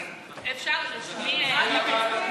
שחשובים לציבור הערבי.